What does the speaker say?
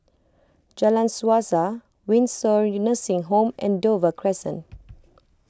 Jalan Suasa Windsor Nursing Home and Dover Crescent